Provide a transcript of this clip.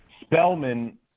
Spellman